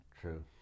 True